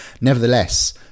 nevertheless